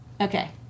Okay